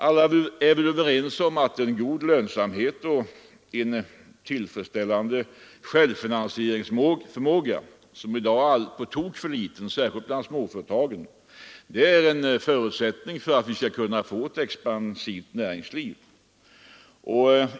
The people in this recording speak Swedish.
Alla är vi överens om att en god lönsamhet och en tillfredsställande självfinansieringsförmåga — som i dag är alldeles på tok för liten bland småföretagen — är en förutsättning för att vi skall kunna få ett expansivt näringsliv.